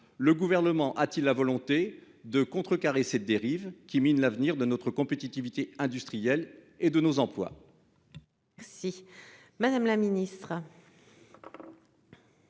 le gouvernement a-t-il la volonté de contrecarrer cette dérive qui minent l'avenir de notre compétitivité industrielle et de nos emplois.